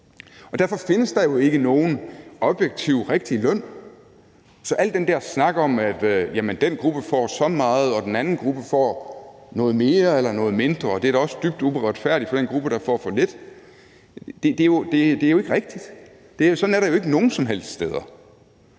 Derfor findes der ikke nogen objektivt rigtig løn. Så al den der snak om, at den gruppe får så meget og den anden gruppe får noget mere eller mindre, og om, at det også er dybt uretfærdig for den gruppe, der får for lidt, er ikke rigtig. Sådan er det jo ikke nogen som helst steder.